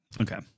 Okay